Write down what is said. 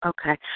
Okay